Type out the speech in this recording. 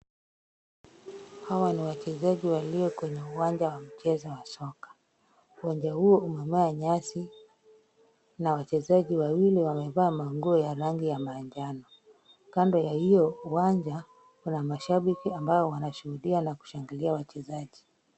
Hawa ni wachezaji walio kwenye uwanja wa michezo wa soka. Uwanja huo umejaa nyasi, na wachezaji wawili wamevaa manguo ya rangi ya manjano, kando ya hiyo uwanja kuna mashabiki ambao wanashuhudia na kushangilia wachezaji.